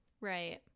right